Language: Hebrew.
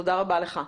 תודה רבה לך.